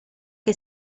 che